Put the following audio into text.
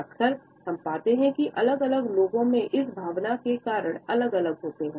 अक्सर हम पाते हैं कि अलग अलग लोगों में इस भावना के कारण अलग अलग होते हैं